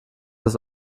das